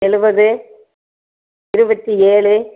எழுபது இருபத்தி ஏழு